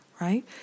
Right